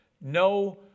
no